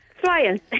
Flying